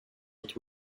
with